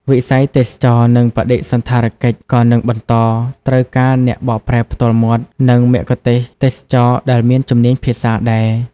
វិស័យទេសចរណ៍ និងបដិសណ្ឋារកិច្ច ក៏នឹងបន្តត្រូវការអ្នកបកប្រែផ្ទាល់មាត់ និងមគ្គុទ្ទេសក៍ទេសចរណ៍ដែលមានជំនាញភាសាដែរ។